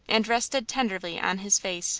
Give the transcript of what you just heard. and rested tenderly on his face.